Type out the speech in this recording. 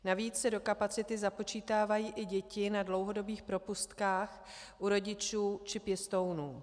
Navíc se do kapacity započítávají i děti na dlouhodobých propustkách u rodičů či pěstounů.